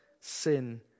sin